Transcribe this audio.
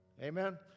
Amen